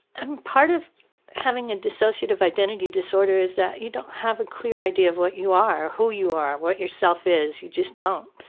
and part of having a dissociative identity disorder is that you don't have a clear idea of what you are, who you are, what your self is. you just don't.